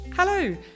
Hello